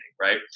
right